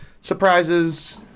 surprises